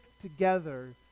together